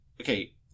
okay